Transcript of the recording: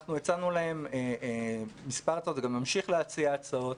הצענו להם מספר הצעות, וגם נמשיך להציע הצעות,